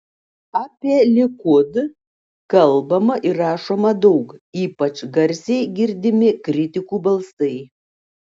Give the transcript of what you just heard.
apie likud kalbama ir rašoma daug ypač garsiai girdimi kritikų balsai